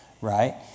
right